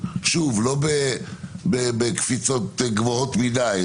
לא בקפיצות גבוהות מדי,